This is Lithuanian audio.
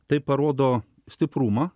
tai parodo stiprumą